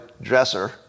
dresser